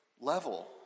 level